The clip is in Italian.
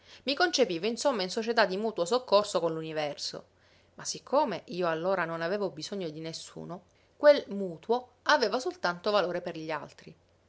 i concepivo insomma in società di mutuo soccorso con l'universo ma siccome io allora non avevo bisogno di nessuno quel mutuo aveva soltanto valore per gli altri